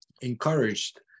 encouraged